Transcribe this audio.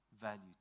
value